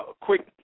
quick